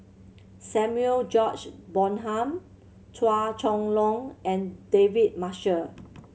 Samuel George Bonham Chua Chong Long and David Marshall